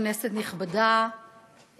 כנסת נכבדה,